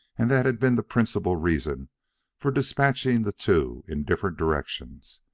and that had been the principal reason for despatching the two in different directions.